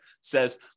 says